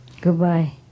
Goodbye